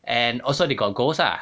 and also they got goals ah